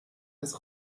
als